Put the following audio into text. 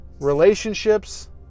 relationships